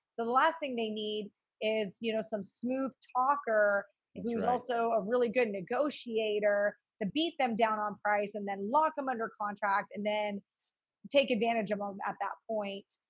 the last thing they need is, you know, some smooth talker and he was also a really good negotiator to beat them down on price and then lock them under contract and then take advantage of them at that point.